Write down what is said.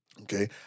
Okay